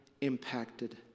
impacted